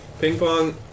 Ping-pong